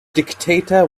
dictator